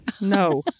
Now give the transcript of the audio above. No